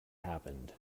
happened